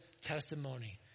testimony